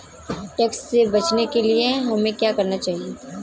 Tax से बचने के लिए हमें क्या करना चाहिए?